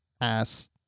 ass